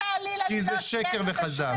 כי זה שקר וכזב.